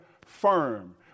firm